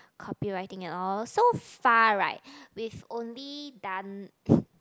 copywriting and all so far right we've only done